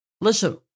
Listen